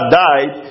died